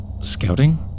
Scouting